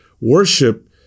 Worship